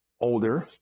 older